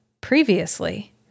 previously